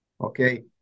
Okay